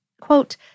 Quote